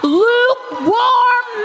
lukewarm